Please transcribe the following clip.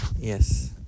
yes